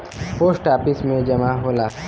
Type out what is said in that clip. post office में जमा होला